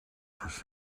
this